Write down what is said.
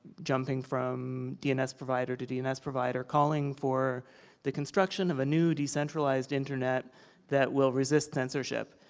jumping from dns provider to dns provider calling for the construction of a new decentralised internet that will resist censorship.